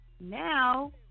Now